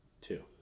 Two